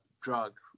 drug